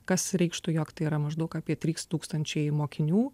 kas reikštų jog tai yra maždaug apie trys tūkstančiai mokinių